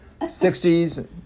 60s